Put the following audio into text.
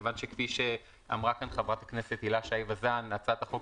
כפי שאמרה חברת הכנסת הילה שי וזאן הצעת החוק